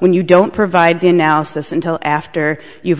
when you don't provide the analysis until after you've